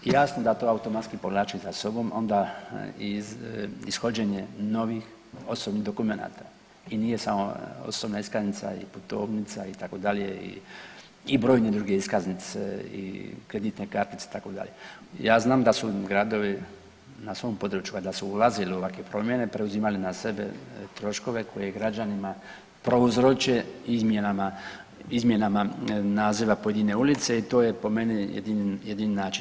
Jasno da to automatski povlači za sobom onda i ishođenje novih osobnih dokumenata i nije samo osobna iskaznica i putovnica, itd., i brojne druge iskaznice, kreditne kartice, itd., ja znam da su gradovi na svom području, valjda su ulazili u ovakve promjene, preuzimali na sebe troškove koji je građanima prouzročen izmjenama naziva pojedine ulice i to je po meni jedini način.